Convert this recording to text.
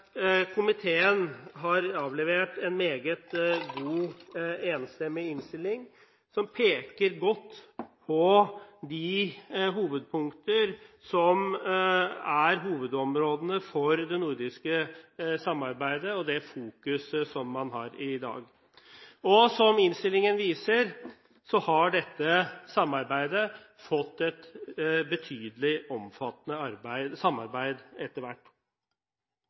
komiteen har avlevert en meget god, enstemmig innstilling, som peker godt på hovedområdene for det nordiske samarbeidet og det fokuset som man har i dag. Som innstillingen viser, har dette blitt et betydelig, omfattende samarbeid etter hvert.